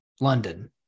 London